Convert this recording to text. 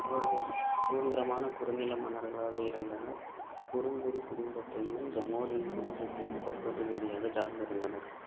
அவர்கள் சுதந்திரமான குறுநில மன்னர்களாக இருந்தனர் குரும்புரு குடும்பத்தையும் ஜமோரின் குடும்பத்தையும் கோட்பாட்டு ரீதியாக சார்ந்திருந்தனர்